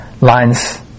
lines